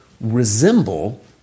resemble